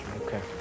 Okay